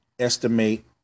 estimate